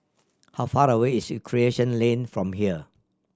how far away is Recreation Lane from here